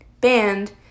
band